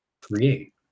create